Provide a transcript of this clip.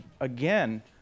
again